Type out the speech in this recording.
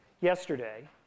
yesterday